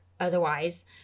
Otherwise